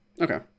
Okay